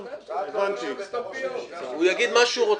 אם הוא יגלוש לנושאים שבעיניי יהיו לא רלבנטיים,